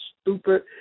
stupid